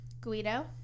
Guido